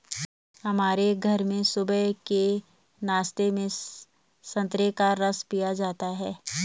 हमारे घर में सुबह के नाश्ते में संतरे का रस पिया जाता है